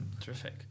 Terrific